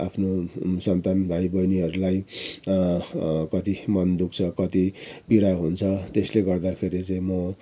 आफ्नो सन्तान भाइ बहिनीहरूलाई कति मन दुख्छ कति पीडा हुन्छ त्यसले गर्दाखेरि चाहिँ म